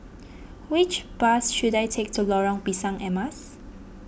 which bus should I take to Lorong Pisang Emas